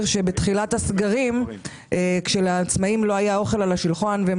בתחילת הסגרים כשלעצמאים לא היה אוכל על השולחן והם